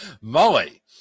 Molly